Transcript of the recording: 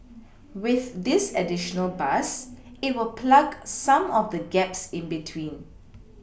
with this additional bus it will plug some of the gaps in between